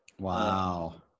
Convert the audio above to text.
Wow